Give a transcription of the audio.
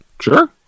Sure